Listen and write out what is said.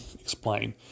explain